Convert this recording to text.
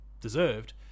deserved